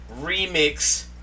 remix